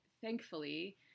thankfully